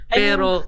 pero